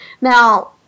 Now